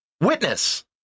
witness